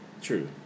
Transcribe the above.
True